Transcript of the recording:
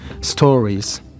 stories